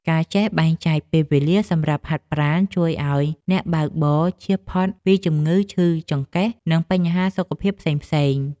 ការចេះបែងចែកពេលវេលាសម្រាប់ហាត់ប្រាណជួយឱ្យអ្នកបើកបរជៀសផុតពីជំងឺឈឺចង្កេះ និងបញ្ហាសុខភាពផ្សេងៗ។